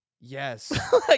Yes